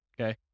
okay